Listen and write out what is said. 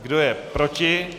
Kdo je proti?